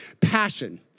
passion